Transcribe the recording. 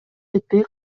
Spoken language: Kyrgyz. жетпей